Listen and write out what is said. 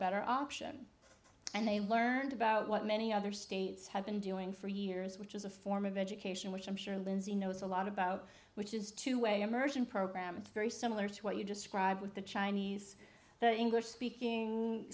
better option and they learned about what many other states have been doing for years which is a form of education which i'm sure lindsey knows a lot about which is two way immersion program it's very similar to what you describe with the chinese english speaking